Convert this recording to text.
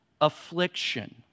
affliction